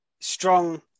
Strong